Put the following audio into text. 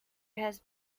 has